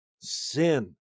sin